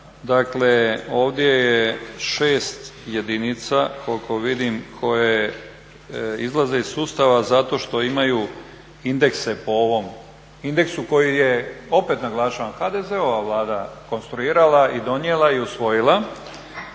dakle ovdje je 6 jedinica koliko vidim koje izlaze iz sustava zato što imaju indekse po ovom indeksu koji je opet naglašavam HDZ-ova Vlada konstruirala i donijela i usvojila.